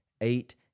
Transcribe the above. eight